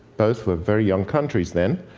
both were very young countries then,